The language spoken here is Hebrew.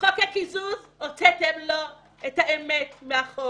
חוק הקיזוז הוצאתם לו את האמת מהחוק,